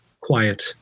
quiet